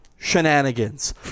Shenanigans